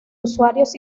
usuarios